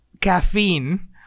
caffeine